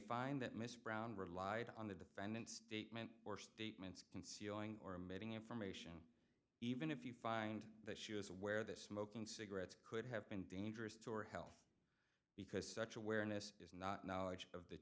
find that mr brown relied on the defendant statement or statements concealing or emitting information even if you find that she was aware that smoking cigarettes could have been dangerous to our health because such awareness is not knowledge of the